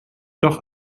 doch